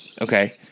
okay